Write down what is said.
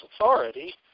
authority